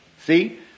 see